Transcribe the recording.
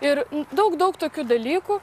ir daug daug tokių dalykų